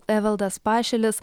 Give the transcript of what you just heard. evaldas pašilis